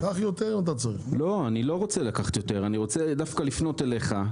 אני רוצה לפנות אליך,